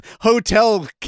hotel